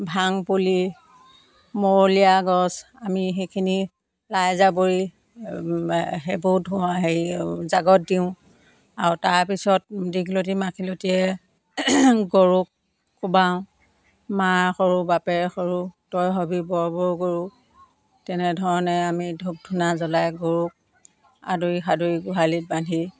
ভাং পুলি মৰলীয়া গছ আমি সেইখিনি লাই জাবৰি সেইবোৰ ধোওঁ হেৰি যাগত দিওঁ আৰু তাৰপিছত দীঘলতী মাখিলতিয়ে গৰুক খোবাওঁ মাৰ সৰু বাপেৰ সৰু তই হবি বৰ বৰ গৰু তেনেধৰণে আমি ধূপ ধূনা জ্বলাই গৰুক আদৰি সাদৰি গোহালিত বান্ধি